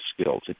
skills